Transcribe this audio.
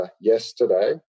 yesterday